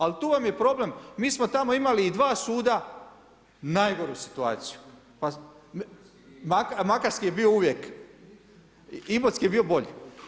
Ali tu vam je problem, mi smo tamo imali i dva suda, najgoru situaciju, makarski je bio uvijek, Imotski je bio bolji.